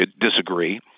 disagree